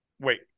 Wait